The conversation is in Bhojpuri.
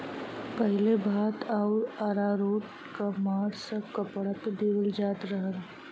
पहिले भात आउर अरारोट क माड़ सब कपड़ा पे देवल जात रहल